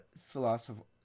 philosophical